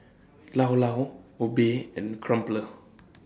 Llao Llao Obey and Crumpler